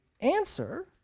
Answer